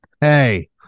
Hey